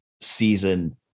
season